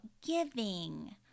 giving